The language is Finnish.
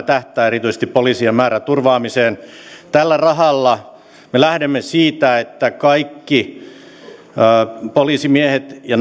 tähtää erityisesti poliisien määrän turvaamiseen tällä rahalla me lähdemme siitä että kaikkien poliisimiesten ja